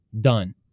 done